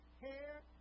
hair